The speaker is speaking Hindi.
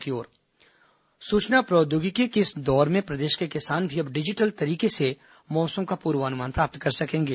किसान मेघद्त ऐप सूचना प्रौधोगिकी के इस दौर में प्रदेश के किसान भी अब डिजिटल तरीके से मौसम का पूर्वानुमान प्राप्त कर सकेंगे